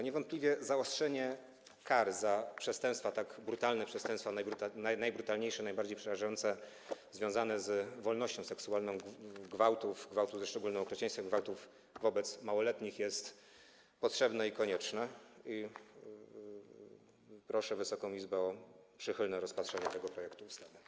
Niewątpliwie zaostrzenie kar za tak brutalne przestępstwa, najbrutalniejsze, najbardziej przerażające, związane z wolnością seksualną, za gwałty, gwałty ze szczególnym okrucieństwem, gwałty wobec małoletnich, jest potrzebne i konieczne i proszę Wysoką Izbę o przychylne rozpatrzenie tego projektu ustawy.